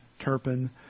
Turpin